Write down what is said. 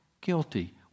guilty